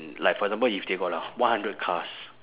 like for example if they got a one hundred cars